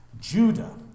Judah